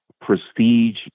prestige